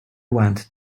went